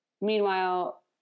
meanwhile